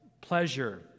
pleasure